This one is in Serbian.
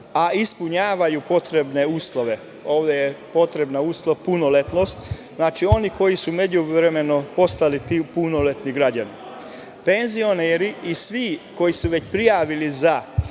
a ispunjavaju potrebne uslove, znači punoletnost, oni koji su u međuvremenu postali punoletni građani. Penzioneri i svi koji su se već prijavili za